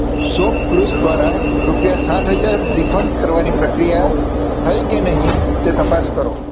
ShopClues દ્વારા રૂપિયા સાઠ હજાર રીફંડ કરવાની પ્રક્રિયા થઈ કે નહીં તે તપાસ કરો